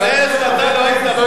סליחה, סליחה, סליחה.